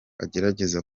agerageza